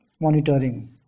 Monitoring